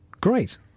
great